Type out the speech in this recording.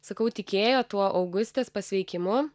sakau tikėjo tuo augustės pasveikimu